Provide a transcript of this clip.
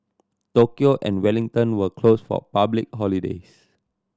Tokyo and Wellington were closed for public holidays